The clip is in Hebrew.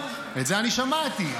את זה אני שמעתי.